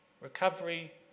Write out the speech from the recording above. Recovery